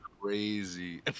crazy